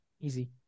Easy